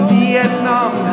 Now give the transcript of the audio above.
Vietnam